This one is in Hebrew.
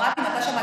גם אני רוצה.